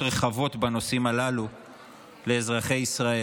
נרחבות בנושאים הללו לאזרחי ישראל.